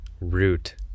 root